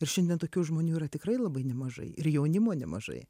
ir šiandien tokių žmonių yra tikrai labai nemažai ir jaunimo nemažai